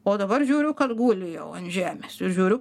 o dabar žiūriu kad guli jau ant žemės žiūriu